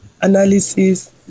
analysis